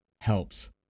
helps